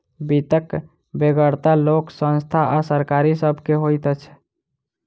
वित्तक बेगरता लोक, संस्था आ सरकार सभ के होइत छै